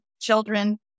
children